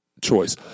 choice